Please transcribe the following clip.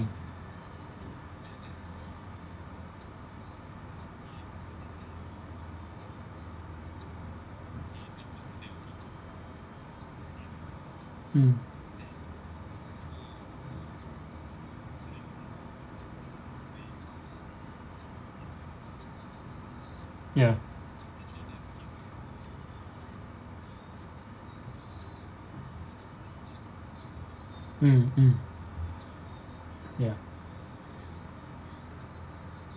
mm ya mm mm ya